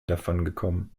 davongekommen